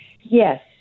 Yes